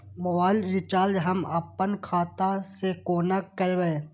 Mobile recharge हम आपन खाता से कोना करबै?